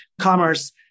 commerce